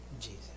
Jesus